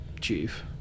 chief